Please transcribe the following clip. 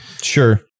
Sure